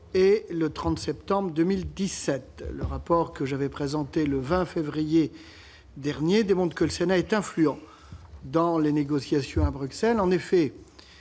et le 30 septembre 2017 ? Le rapport que j'avais présenté le 20 février dernier démontre que le Sénat est influent dans les négociations à Bruxelles. En effet,